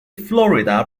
florida